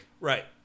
Right